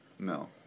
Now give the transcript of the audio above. No